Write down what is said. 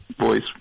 voice